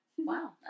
Wow